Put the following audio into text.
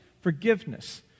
Forgiveness